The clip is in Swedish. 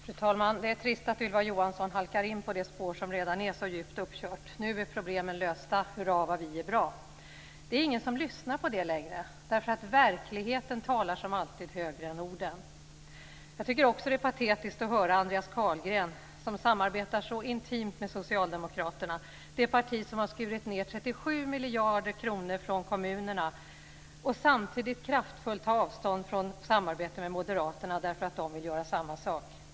Fru talman! Det är trist att Ylva Johansson halkar in på det spår som redan är så djupt uppkört. Nu är problemen lösta, hurra vad bra vi är! Det är ingen som lyssnar på det längre därför att verkligheten som alltid talar högre än orden. Jag tycker också att det är patetiskt att höra Andreas Carlgren som samarbetar så intimt med socialdemokraterna - det parti som har skurit ned 37 miljarder kronor från kommunerna - och samtidigt kraftfullt tar avstånd från samarbetet med moderaterna därför att de vill göra samma sak.